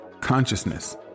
consciousness